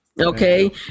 Okay